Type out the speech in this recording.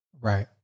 right